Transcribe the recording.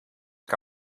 que